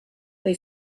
they